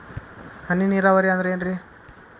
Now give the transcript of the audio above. ಹನಿ ನೇರಾವರಿ ಅಂದ್ರೇನ್ರೇ?